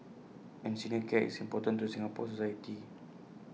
and senior care is important to Singapore society